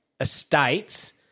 estates